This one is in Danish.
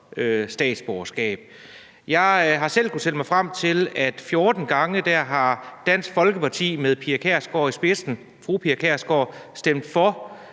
statsborgerskab. Jeg har selv kunnet tælle mig frem til, at 14 gange har Dansk Folkeparti med fru Pia Kjærsgaard i spidsen stemt for,